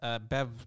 Bev